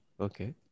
Okay